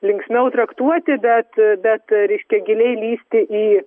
linksmiau traktuoti bet bet reiškia giliai lįsti į